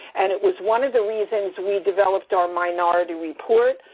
and it was one of the reasons we developed our minority report.